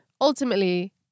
ultimately